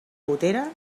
gotera